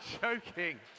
joking